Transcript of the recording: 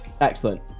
Excellent